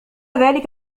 ذلك